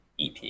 ep